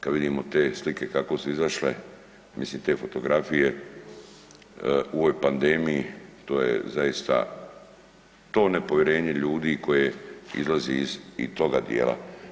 Kada vidimo te slike kako su izašle, mislim te fotografije u ovoj pandemiji to je zaista to nepovjerenje ljudi koje izlazi iz i toga dijela.